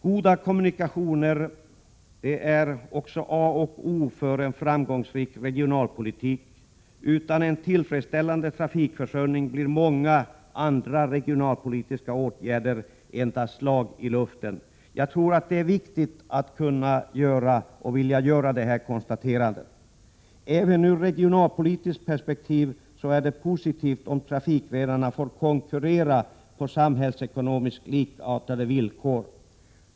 Goda kommunikationer är A och O för en framgångsrik regionalpolitik. Utan en tillfredsställande trafikförsörjning blir många andra regionalpolitiska åtgärder endast slag i luften. Det är viktigt att kunna och att vilja göra detta konstaterande. Även ur regionalpolitiskt perspektiv är det positivt om trafikgrenarna får konkurrera på samhällsekonomiskt likartade villkor.